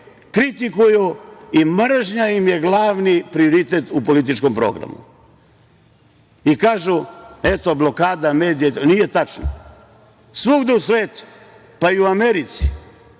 kritikuju i mržnja im je glavni prioritet u političkom programu. Kažu – eto, blokada medija. Nije tačno. Svuda u svetu, pa i u Americi,